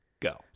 Go